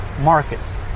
markets